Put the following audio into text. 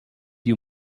you